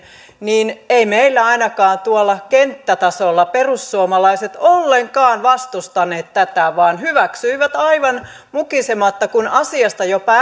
eivätkä meillä ainakaan tuolla kenttätasolla perussuomalaiset ollenkaan vastustaneet tätä vaan hyväksyivät aivan mukisematta kun asiasta jopa